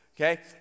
Okay